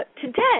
Today